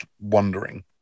wondering